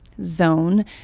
zone